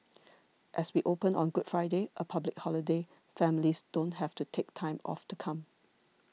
as we open on Good Friday a public holiday families don't have to take time off to come